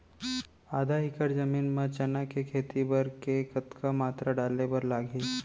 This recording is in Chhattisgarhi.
आधा एकड़ जमीन मा चना के खेती बर के कतका मात्रा डाले बर लागही?